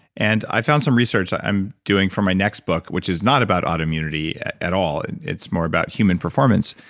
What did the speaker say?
and i found some research i'm doing for my next book, which is not about autoimmunity at all, and it's more about human performance,